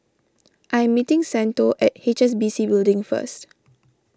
I am meeting Santo at H S B C Building first